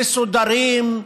מסודרים.